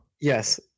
Yes